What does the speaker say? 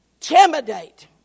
intimidate